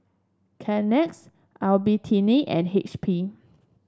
Kleenex Albertini and H P